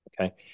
Okay